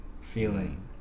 feeling